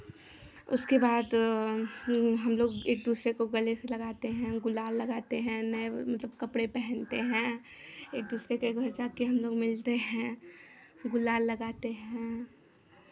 उसके बाद हम लोग एक दूसरे को गले से लगाते हैं गुलाल लगाते हैं नए मतलब कपड़े पहनते हैं एक दूसरे के घर जाके हम लोग मिलते हैं गुलाल लगाते हैं